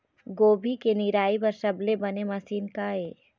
गोभी के निराई बर सबले बने मशीन का ये?